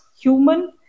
human